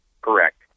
Correct